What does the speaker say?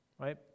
right